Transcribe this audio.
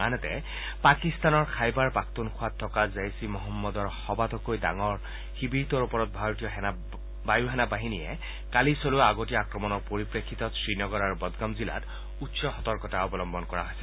আনহাতে পাকিস্তানৰ খাইবাৰ পাখটুনখ'ৱাত থকা জইচ ই মহম্মদৰ সবাতোকৈ ডাঙৰ শিৱিৰটোৰ ওপৰত ভাৰতীয় বায়ুসেনা বাহিনীয়ে কালি চলোৱা আগতীয়া আক্ৰমণৰ পৰিপ্ৰেক্ষিতত শ্ৰীনগৰ আৰু বদগাম জিলাত উচ্চ সতৰ্কতা অৱলম্বন কৰা হৈছে